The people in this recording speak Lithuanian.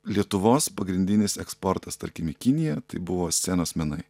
lietuvos pagrindinis eksportas tarkim į kiniją tai buvo scenos menai